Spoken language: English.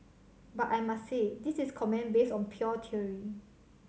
but I must say this is comment based on pure theory